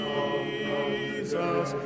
Jesus